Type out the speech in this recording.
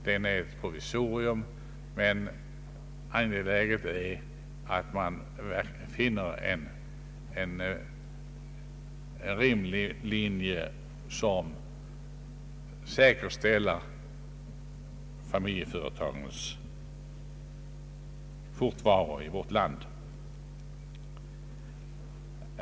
Den är ett provisorium, men angeläget är att man verkligen finner en rimlig linje som säkerställer familjeföretagens fortvaro i vårt land.